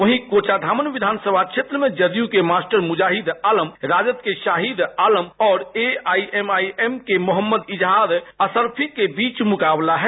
वहीं कोचाधामन विधानसभा क्षेत्र में जदय के मास्टर मुजाहिद आलम राजद के शाहिद आलम और एआईएमआईएम के मोहम्मद इजहार अशरफी के बीच मुकाबला है